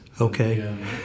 Okay